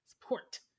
Support